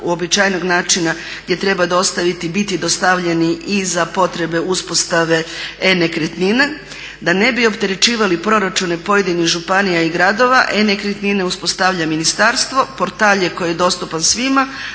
uobičajenog načina gdje treba biti dostavljeni i za potrebe uspostave e-nekretnina, da ne bi opterećivali proračune pojedinih županija i gradova, e-nekretnine uspostavlja ministarstvo, portal je koji je dostupan svima,